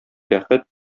бәхет